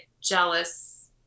jealous